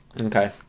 Okay